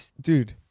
Dude